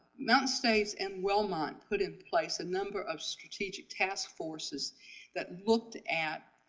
mountain states and wellmont put in place a number of strategic task forces that looked at